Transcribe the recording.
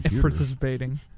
participating